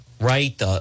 right